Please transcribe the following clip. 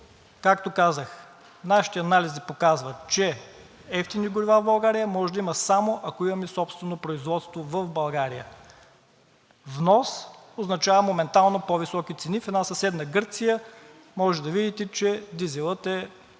както казах – нашите анализи показват, че евтини горива в България може да има само ако имаме собствено производство в България. Внос – означава моментално по-високи цени. В една съседна Гърция може да видите, че дизелът е